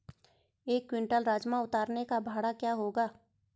एक क्विंटल राजमा उतारने का भाड़ा क्या होगा?